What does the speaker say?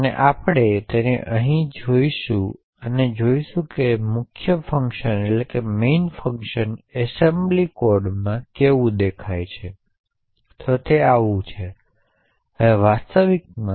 તેથી આપણી પાસે આ rdtsc ફંક્શનની 2 આવૃત્તિઓ છે